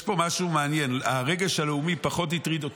יש פה משהו מעניין: הרגש הלאומי פחות הטריד אותו.